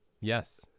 Yes